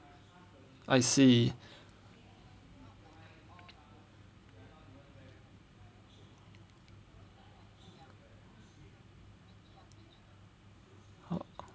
I see